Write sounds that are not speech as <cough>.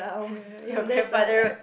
<laughs> your grandfather road